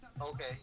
Okay